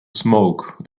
smoke